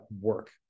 work